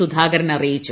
സുധാകരൻ അറിയി ച്ചു